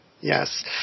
Yes